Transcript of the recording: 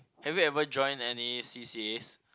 have you ever join any C_C_As